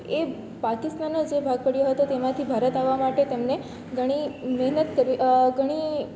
એ પાકિસ્તાનનો જે ભાગ પડ્યો હતો તેમાંથી ભારત આવવા માટે તેમને ઘણી મહેનત ઘણી